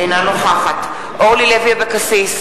אינה נוכחת אורלי לוי אבקסיס,